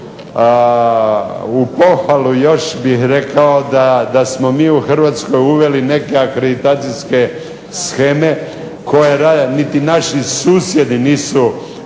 U pohvalu još bih rekao da smo mi u Hrvatskoj uveli neke akreditacijske sheme koje niti naši susjedi nisu bili